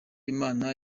imana